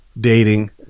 dating